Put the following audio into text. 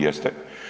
Jeste?